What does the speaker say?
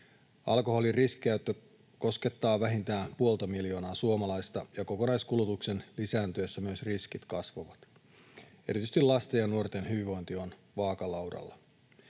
Alkoholin riskikäyttö koskettaa vähintään puolta miljoonaa suomalaista, ja kokonaiskulutuksen lisääntyessä myös riskit kasvavat. Erityisesti lasten ja nuorten hyvinvointi on vaakalaudalla.